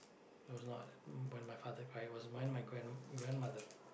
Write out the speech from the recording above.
it was not when my father cry it was when my grand~ grandmother